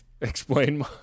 explain